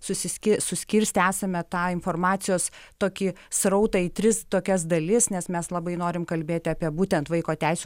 susiski suskirstę esame tą informacijos tokį srautą į tris tokias dalis nes mes labai norim kalbėti apie būtent vaiko teisių